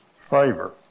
favor